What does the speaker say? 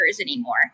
anymore